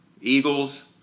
eagles